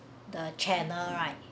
the channel right